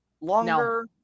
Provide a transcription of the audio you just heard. longer